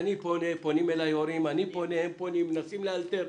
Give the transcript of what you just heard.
פונים אלי הורים ואני פונה והם פונים ומנסים לאלתר.